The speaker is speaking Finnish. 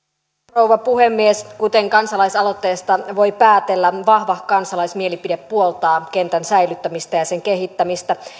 rouva puhemies kuten kansalaisaloitteesta voi päätellä vahva kansalaismielipide puoltaa kentän säilyttämistä ja sen kehittämistä